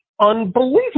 unbelievable